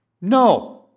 No